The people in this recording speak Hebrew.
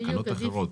תקנות אחרות?